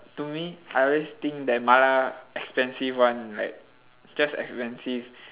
to me I always think that mala expensive [one] like just expensive